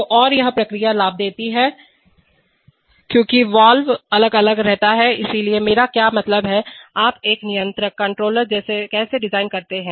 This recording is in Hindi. तो और यह प्रक्रिया लाभ बदलती रहती है क्योंकि वाल्व लाभ अलग अलग रहता है इसलिए मेरा क्या मतलब है आप एक नियंत्रककंट्रोलर कैसे डिज़ाइन करते हैं